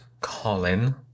Colin